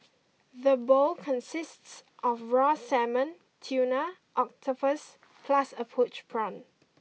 the bowl consists of raw salmon tuna octopus plus a poached prawn